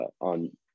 on